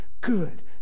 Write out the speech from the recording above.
good